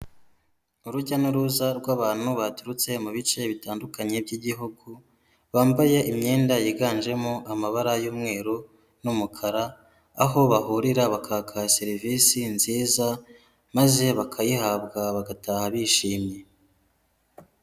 Urujya n'uruza rw'abantu baturutse mu bice bitandukanye by'igihugu, bambaye imyenda yiganjemo amabara y'umweru n'umukara, aho bahurira bakaka serivisi nziza maze bakayihabwa bagataha bishimye.